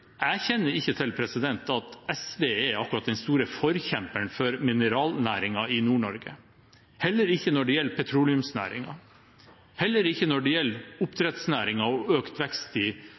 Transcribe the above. Jeg kjenner ikke til at SV akkurat er den store forkjemperen for mineralnæringen i Nord-Norge, og heller ikke for petroleumsnæringen og oppdrettsnæringen, eller for økt vekst i